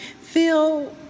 feel